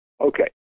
Okay